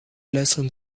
luisteren